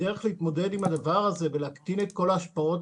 הדרך להתמודד עם הדבר הזה ולהקטין את כל ההשפעות